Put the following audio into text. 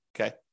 okay